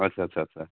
আচ্ছা আচ্ছা আচ্ছা